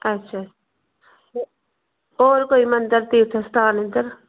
अच्छा ते होर कोई मंदर तीर्थ स्थान इद्धर